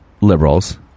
liberals